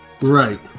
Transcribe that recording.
Right